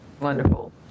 wonderful